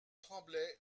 tremblaient